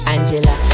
Angela